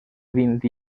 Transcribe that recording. vint